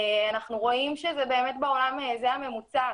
אנחנו רואים שבאמת בעולם זה הממוצע.